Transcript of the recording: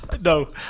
No